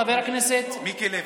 חבר הכנסת מיקי לוי.